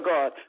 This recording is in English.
God